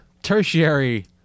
tertiary